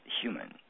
human